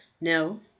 no